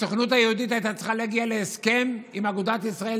הסוכנות היהודית הייתה צריכה להגיע להסכם עם אגודת ישראל